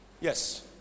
Yes